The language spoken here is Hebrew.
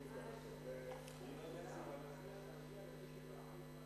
רצוני לשאול: האם קיים פרק זמן קבוע,